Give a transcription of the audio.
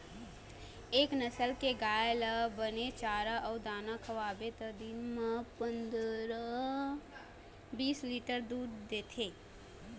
ए नसल के गाय ल बने चारा अउ दाना खवाबे त दिन म पंदरा, बीस लीटर तक दूद देथे